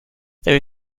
there